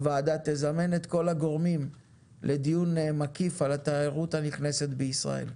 הוועדה תזמן את כל הגורמים לדיון מקיף על התיירות הנכנסת בישראל.